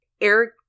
Eric